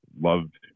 loved